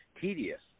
tedious